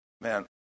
man